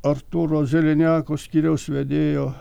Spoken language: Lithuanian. artūro zeleneko skyriaus vedėjo